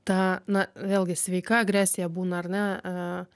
ta na vėlgi sveika agresija būna ar ne